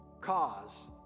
cause